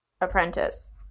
apprentice